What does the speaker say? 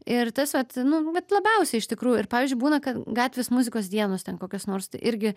ir tas vat nu vat labiausiai iš tikrųjų ir pavyzdžiui būna kad gatvės muzikos dienos ten kokios nors tai irgi